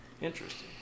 Interesting